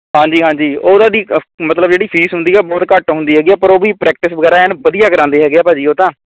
ਹਾਂਜੀ ਹਾਂਜੀ ਉਹਨਾਂ ਦੀ ਮਤਲਬ ਜਿਹੜੀ ਫ਼ੀਸ ਹੁੰਦੀ ਹੈ ਬਹੁਤ ਘੱਟ ਹੁੰਦੀ ਹੈਗੀ ਪਰ ਉਹ ਵੀ ਪ੍ਰੈਕਟਿਸ ਵਗੈਰਾ ਐਨ ਵਧੀਆ ਕਰਾਂਦੇ ਹੈਗੇ ਹੈ ਭਾਅ ਜੀ ਉਹ ਤਾਂ